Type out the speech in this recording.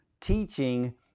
teaching